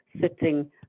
sitting